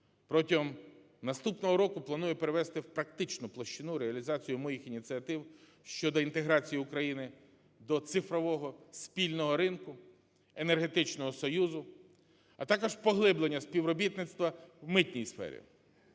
Протягом наступного року планую перевести в практичну площину реалізацію моїх ініціатив щодо інтеграції України до цифрового спільного ринку енергетичного союзу, а також поглиблення співробітництва в митній сфері.